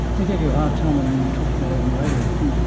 they gave you a hard time when you talked about it on the radio, didn't they.